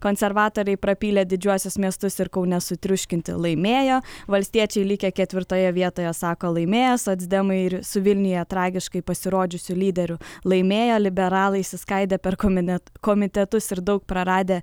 konservatoriai prapylė didžiuosius miestus ir kaune sutriuškinti laimėjo valstiečiai likę ketvirtoje vietoje sako laimėję socdemai ir su vilniuje tragiškai pasirodžiusiu lyderiu laimėję liberalai išsiskaidė per komine komitetus ir daug praradę